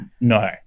No